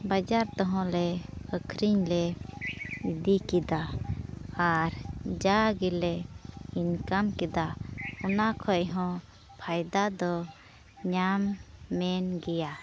ᱵᱟᱡᱟᱨ ᱨᱮᱦᱚᱸᱞᱮ ᱟᱹᱠᱷᱨᱤᱧ ᱞᱮ ᱤᱫᱤ ᱠᱮᱫᱟ ᱟᱨ ᱡᱟ ᱜᱮᱞᱮ ᱤᱱᱠᱟᱢ ᱠᱮᱫᱟ ᱚᱱᱟ ᱠᱷᱚᱱ ᱦᱚᱸ ᱯᱷᱟᱭᱫᱟ ᱫᱚ ᱧᱟᱢᱮᱱ ᱜᱮᱭᱟ